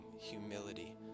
humility